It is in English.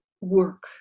work